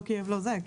לא כי הם לא כי